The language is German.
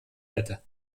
hätte